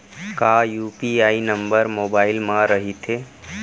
का UPI number mobile म रहिथे?